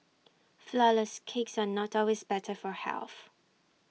Flourless Cakes are not always better for health